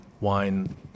wine